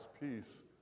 peace